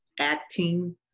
acting